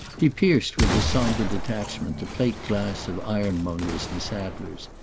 he pierced with his sombre detachment the plate-glass of ironmongers and saddlers,